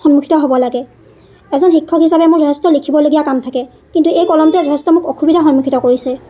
সন্মুখিত হ'ব লাগে এজন শিক্ষক হিচাপে মোৰ যথেষ্ট লিখিবলগীয়া কাম থাকে কিন্তু এই কলমটোৱে যথেষ্ঠ মোক অসুবিধাৰ সন্মুখিত কৰিছে